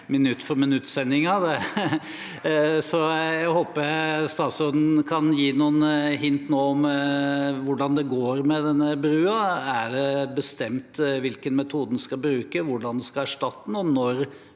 minutt-forminutt-sendinger. Jeg håper statsråden nå kan gi noen hint om hvordan det går med denne brua. Er det bestemt hvilken metode en skal bruke, hvordan en skal erstatte